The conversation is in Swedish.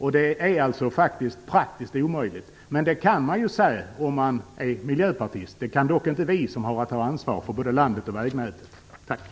Det är praktiskt omöjligt. Men så kan man säga om man är miljöpartist. Det kan dock inte vi, som har ansvar för både landet och vägnätet. Tack.